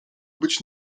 być